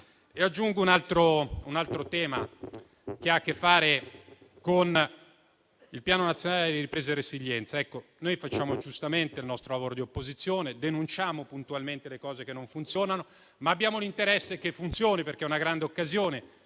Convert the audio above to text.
Aggiungo un altro tema che ha a che fare con il Piano nazionale di ripresa e resilienza. Noi facciamo giustamente il nostro lavoro di opposizione, denunciamo puntualmente le cose che non funzionano, ma abbiamo l'interesse che funzionino, perché è una grande occasione.